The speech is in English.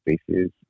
spaces